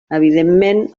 evidentment